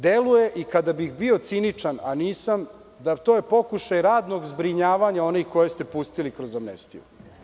Deluje, i kada bih bio ciničan, a nisam, da je to pokušaj radnog zbrinjavanja onih koje ste pustili kroz amnestiju.